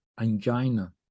angina